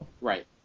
Right